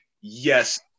yes